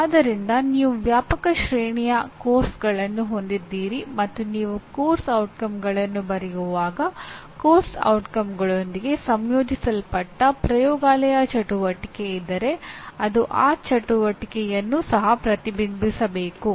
ಆದ್ದರಿಂದ ನೀವು ವ್ಯಾಪಕ ಶ್ರೇಣಿಯ ಪಠ್ಯಕ್ರಮಗಳನ್ನು ಹೊಂದಿದ್ದೀರಿ ಮತ್ತು ನೀವು ಪಠ್ಯಕ್ರಮದ ಪರಿಣಾಮಗಳನ್ನು ಬರೆಯುವಾಗ ಠ್ಯಕ್ರಮದ ಪರಿಣಾಮಗಳೊಂದಿಗೆ ಸಂಯೋಜಿಸಲ್ಪಟ್ಟ ಪ್ರಯೋಗಾಲಯ ಚಟುವಟಿಕೆ ಇದ್ದರೆ ಅದು ಆ ಚಟುವಟಿಕೆಯನ್ನೂ ಸಹ ಪ್ರತಿಬಿಂಬಿಸಬೇಕು